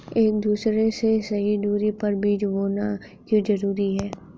एक दूसरे से सही दूरी पर बीज बोना क्यों जरूरी है?